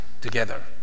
together